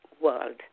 world